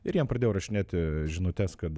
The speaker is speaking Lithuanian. ir jiem pradėjau rašinėti žinutes kad